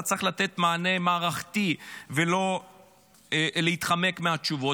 אתה צריך לתת מענה מערכתי ולא להתחמק מהתשובות,